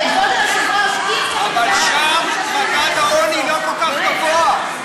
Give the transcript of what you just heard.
כבוד היושב-ראש, אי-אפשר לדבר ככה.